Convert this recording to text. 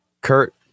Kurt